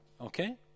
okay